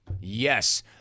yes